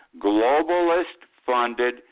globalist-funded